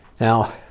Now